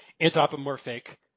anthropomorphic